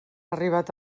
arribat